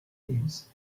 thieves